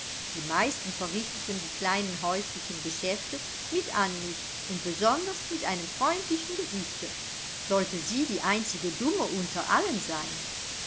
die meisten verrichteten die kleinen häuslichen geschäfte mit anmut und besonders mit einem freundlichen gesichte sollte sie die einzig dumme unter allen sein